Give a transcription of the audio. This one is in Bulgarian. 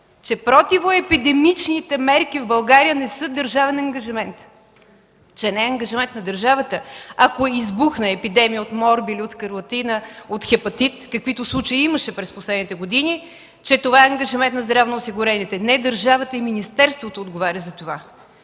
че противоепидемичните мерки в България не са държавен ангажимент, че ако избухне епидемия от морбили, от скарлатина, от хепатит, каквито случаи имаше в последните години, това е ангажимент на здравноосигурените. Не! Държавата и министерството отговарят за това!